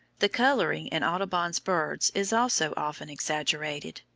the colouring in audubon's birds is also often exaggerated.